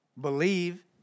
Believe